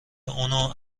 اونو